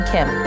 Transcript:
Kim